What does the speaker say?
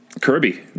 kirby